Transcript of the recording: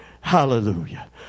Hallelujah